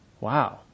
Wow